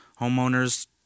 homeowners